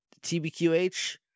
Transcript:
tbqh